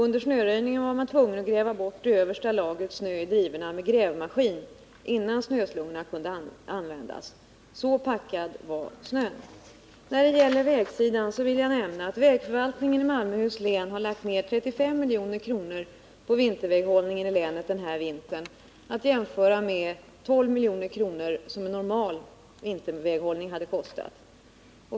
Under snöröjningen var man tvungen att gräva bort det översta lagret snö i drivorna med grävmaskin innan snöslungorna kunde användas. Så packad var snön. När det gäller vägarna vill jag nämna att vägförvaltningen i Malmöhus län har lagt ner 35 milj.kr. på vinterväghållningen i länet den här vintern, att jämföra med 12 milj.kr. som en normal vinterväghållning hade kostat.